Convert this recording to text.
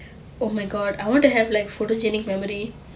oh my god I want to have like photographic memory